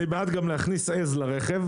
אני בעד גם להכניס עז לרכב.